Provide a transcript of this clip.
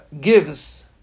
gives